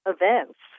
events